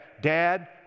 dad